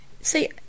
see